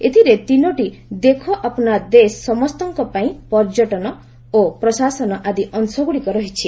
ଏଥିରେ ତିନୋଟି ଦେଖୋ ଅପନା ଦେଶ ସମସ୍ତଙ୍କ ପାଇଁ ପର୍ଯ୍ୟଟନ ଓ ପ୍ରଶାସନ ଆଦି ଅଂଶଗୁଡ଼ିକ ରହିଛି